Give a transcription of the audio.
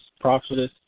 prophetess